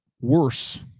worse